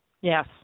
Yes